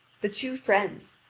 the two friends,